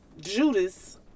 Judas